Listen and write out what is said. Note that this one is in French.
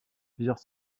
plusieurs